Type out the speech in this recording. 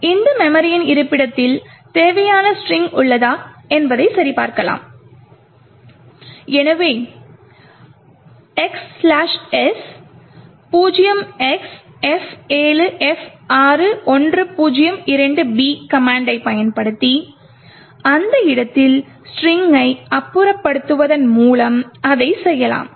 இந்த மெமரியின் இருப்பிடத்தில் தேவையான ஸ்ட்ரிங்க் உள்ளதா என்பதை சரிபார்க்கலாம் எனவே gdb xs 0XF7F6102B கமாண்ட்டைப் பயன்படுத்தி அந்த இடத்தில் ஸ்ட்ரிங்கை அப்புறப்படுத்துவதன் மூலம் அதைச் செய்யலாம்